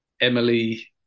Emily